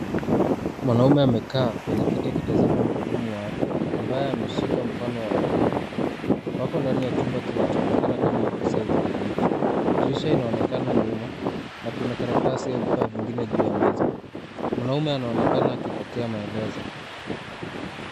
Mwanaume amekaa kwenye kiti akitazama mhudumu wa afya, ambaye ameshika mfano wa uume, wako ndani ya chumba kinachoonekana kama ofisi au kiliniki. Dirisha inaonekana nyuma na kuna karatasi au vifaa vingine juu ya meza. Mwanaume anaonekana akipokea maelezo.